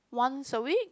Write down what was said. once a week